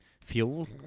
fuel